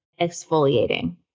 exfoliating